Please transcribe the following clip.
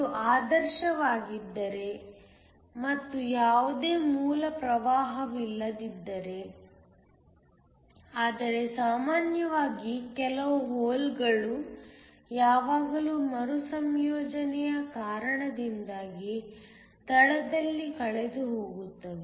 ಇದು ಆದರ್ಶವಾಗಿದ್ದರೆ ಮತ್ತು ಯಾವುದೇ ಮೂಲ ಪ್ರವಾಹವಿಲ್ಲದಿದ್ದರೆ ಆದರೆ ಸಾಮಾನ್ಯವಾಗಿ ಕೆಲವು ಹೋಲ್ಗಳು ಯಾವಾಗಲೂ ಮರುಸಂಯೋಜನೆಯ ಕಾರಣದಿಂದಾಗಿ ತಳದಲ್ಲಿ ಕಳೆದುಹೋಗುತ್ತವೆ